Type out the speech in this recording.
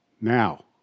Now